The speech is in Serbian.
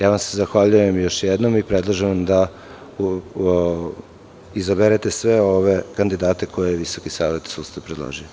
Zahvaljujem vam se još jednom i predlažem da izaberete sve ove kandidate koje je Visoki savet sudstva predložio.